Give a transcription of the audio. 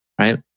Right